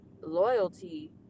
loyalty